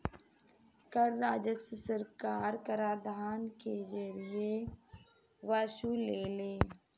कर राजस्व सरकार कराधान के जरिए वसुलेले